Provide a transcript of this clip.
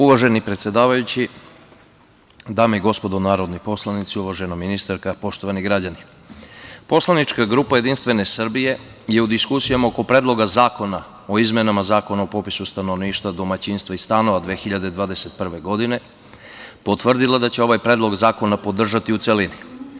Uvaženi predsedavajući, dame i gospodo narodni poslanici, uvažena ministarka, poštovani građani, poslanička grupa JS je u diskusijama oko Predloga zakona o izmenama Zakona o popisu stanovništva, domaćinstva i stanova 2021. godine potvrdila da će ovaj predlog zakona podržati u celini.